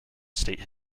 state